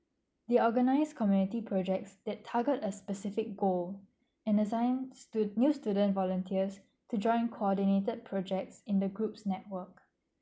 they organise community projects that target as specific goal and assign stu~ new student volunteers to join coordinated projects in the group's network